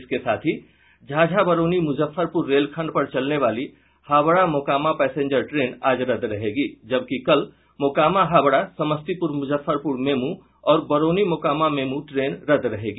इसके साथ ही झाझा बरौनी मुजफ्फरपुर रेलखंड पर चलने वाली हावड़ा मोकामा पैसेंजर ट्रेन आज रद्द रहेगी जबकि कल मोकामा हावड़ा समस्तीपूर मूजफ्फरपूर मेमू और बरौनी मोकामा मेमू ट्रेन रद्द रहेगी